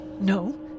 No